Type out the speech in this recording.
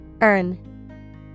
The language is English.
Earn